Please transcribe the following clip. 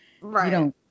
right